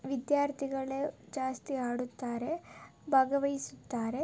ವಿದ್ಯಾರ್ಥಿಗಳೆ ಜಾಸ್ತಿ ಆಡುತ್ತಾರೆ ಭಾಗವಹಿಸುತ್ತಾರೆ